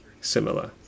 similar